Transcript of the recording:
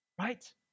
Right